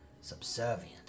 subservient